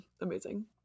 Amazing